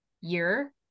year